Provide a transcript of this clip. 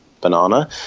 banana